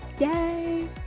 Yay